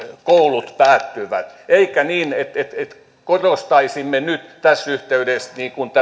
koulut päättyvät eikä niin että korostaisimme nyt tässä yhteydessä